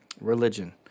religion